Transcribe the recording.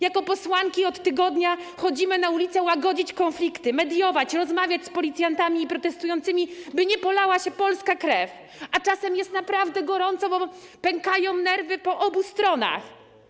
Jako posłanki od tygodnia chodzimy na ulicę łagodzić konflikty, mediować, rozmawiać z policjantami i protestującymi, by nie polała się polska krew, a czasem jest naprawdę gorąco, bo pękają nerwy po obu stronach.